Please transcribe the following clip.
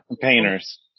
painters